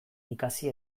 ikasi